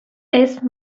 اسم